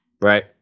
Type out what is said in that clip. Right